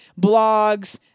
blogs